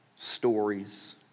stories